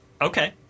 Okay